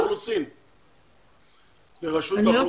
לכם